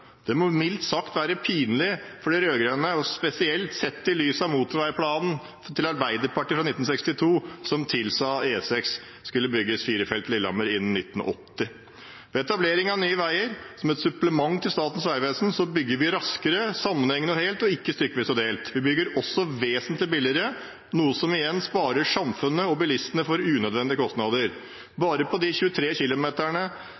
Det må mildt sagt være pinlig for de rød-grønne, spesielt sett i lys av motorveiplanen til Arbeiderpartiet fra 1962, som tilsa at E6 skulle bygges med fire felt til Lillehammer innen 1980. Ved etableringen av Nye Veier som et supplement til Statens vegvesen bygger vi raskere, sammenhengende og helt, ikke stykkevis og delt. Vi bygger også vesentlig billigere, noe som igjen sparer samfunnet og bilistene for unødvendige kostnader.